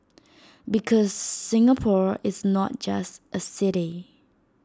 because Singapore is not just A city